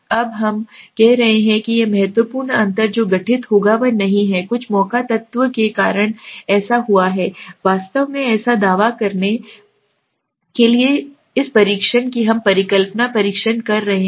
अब हम कह रहे हैं कि यह महत्वपूर्ण अंतर जो घटित होगा वह नहीं है कुछ मौका तत्व के कारण ऐसा हुआ है वास्तव में ऐसा दावा करने या करने के लिए सही हुआ है इस परीक्षण हम सही परिकल्पना परीक्षण कर रहे हैं